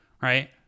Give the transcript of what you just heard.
right